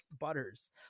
butters